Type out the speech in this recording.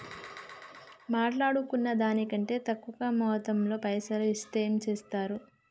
మాట్లాడుకున్న దాని కంటే తక్కువ మొత్తంలో పైసలు ఇస్తే ఏం చేత్తరు?